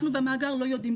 אנחנו במאגר לא יודעים,